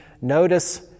notice